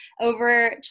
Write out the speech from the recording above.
Over